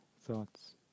thoughts